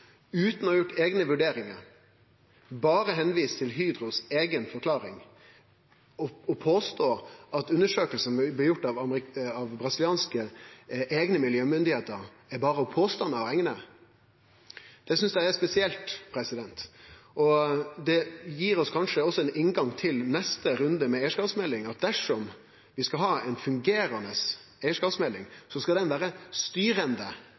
utan å ha gjort eigne vurderingar – berre vist til Hydros eiga forklaring – og påstår at undersøkingane som blei gjorde av brasilianske miljøstyresmakter, berre er for påstandar å rekne. Det synest eg er spesielt, og det gir oss kanskje også ein inngang til neste runde med eigarskapsmeldinga, at dersom vi skal ha ei fungerande eigarskapsmelding, skal ho vere styrande